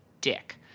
dick